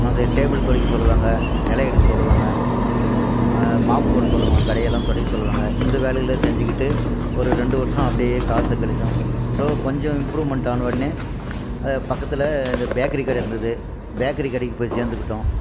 அந்த டேபிள் துடைக்க சொல்லுவாங்க இலை எடுக்க சொல்லுவாங்க மாப் போட சொல்லுவாங்க கடையை எல்லாம் துடைக்க சொல்லுவாங்க இந்த வேலைகளை செஞ்சுகிட்டு ஒரு ரெண்டு வருஷம் அப்படியே காலத்தை கழிச்சோம் ஸோ கொஞ்சம் இம்ப்ரூமெண்ட் ஆனால் உடனே அது பக்கத்தில் இது பேக்கரி கடை இருந்தது பேக்கரி கடைக்கு போய் சேர்ந்துக்கிட்டோம்